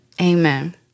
Amen